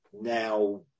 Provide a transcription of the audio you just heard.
now